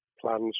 plans